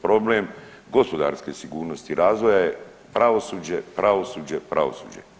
Problem gospodarske sigurnosti i razvoja je pravosuđe, pravosuđe, pravosuđe.